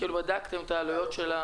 בדקתם את העלויות?